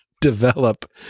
develop